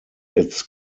its